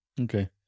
Okay